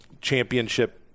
championship